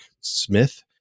Smith